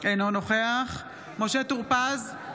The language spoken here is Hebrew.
אינו נוכח משה טור פז,